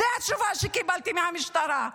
זאת התשובה שקיבלתי מהמשטרה.